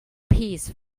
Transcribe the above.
piece